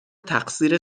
تقصیر